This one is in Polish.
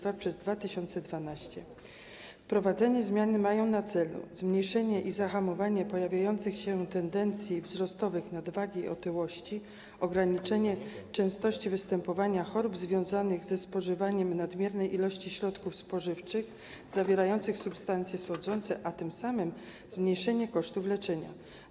Wprowadzane zmiany mają na celu zmniejszenie i zahamowanie pojawiających się tendencji wzrostowych nadwagi i otyłości, ograniczenie częstości występowania chorób związanych ze spożywaniem nadmiernej ilości środków spożywczych zawierających substancje słodzące, a tym samym zmniejszenie kosztów leczenia.